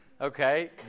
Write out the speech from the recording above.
okay